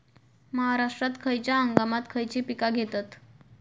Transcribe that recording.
महाराष्ट्रात खयच्या हंगामांत खयची पीका घेतत?